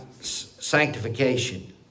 sanctification